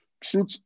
truth